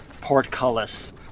portcullis